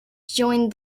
joined